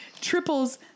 triples